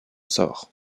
sort